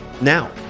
now